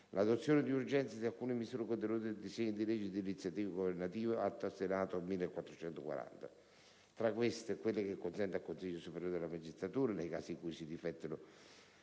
l'adozione di urgenza di alcune misure contenute nel disegno di legge di iniziativa governativa Atto Senato n. 1440. Tra queste, quella che consente al Consiglio superiore della magistratura, nei casi in cui difettino